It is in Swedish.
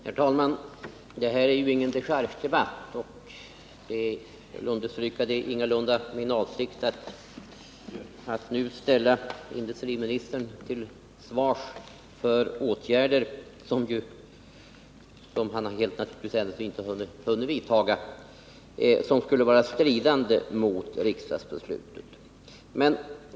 Herr talman! Det här är ju ingen dechargedebatt, och det är ingalunda min avsikt att nu ställa industriministern till svars för åtgärder, som han helt naturligt ännu icke hunnit vidta och som skulle strida mot riksdagsbeslutet.